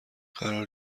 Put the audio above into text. قرار